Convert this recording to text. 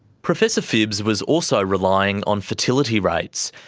professor phibbs was also relying on fertility rates,